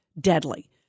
deadly